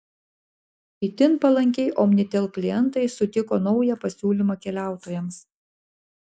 itin palankiai omnitel klientai sutiko naują pasiūlymą keliautojams